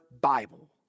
Bible